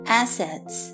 assets